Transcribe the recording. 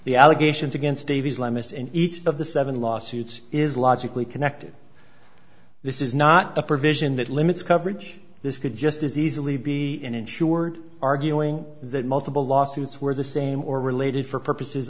the allegations against davies lamis in each of the seven lawsuits is logically connected this is not a provision that limits coverage this could just as easily be ensured arguing that multiple lawsuits were the same or related for purposes